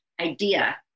idea